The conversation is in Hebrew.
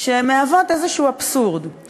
שמהוות אבסורד כלשהו.